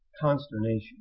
consternation